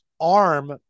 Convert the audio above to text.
arm